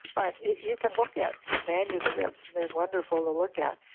but you can look at manuscripts. they're wonderful to look at.